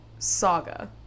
saga